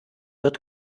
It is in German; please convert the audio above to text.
wird